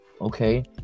okay